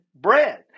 Bread